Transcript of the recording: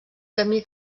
camí